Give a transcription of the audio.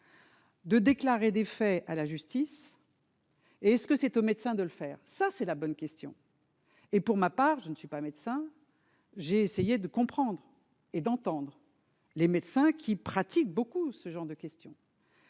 De déclarer des faits à la justice, est ce que c'est au médecin de le faire, ça c'est la bonne question et pour ma part, je ne suis pas médecin, j'ai essayé de comprendre et d'entendre les médecins qui pratiquent beaucoup ce genre de question.